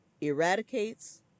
eradicates